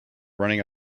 running